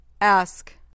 Ask